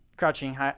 Crouching